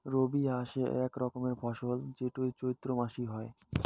রবি হসে আক রকমের ফসল যেইটো চৈত্র মাসে হই